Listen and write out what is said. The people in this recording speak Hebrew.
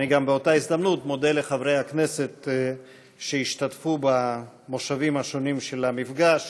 באותה הזדמנות אני גם מודה לחברי הכנסת שהשתתפו במושבים השונים של המפגש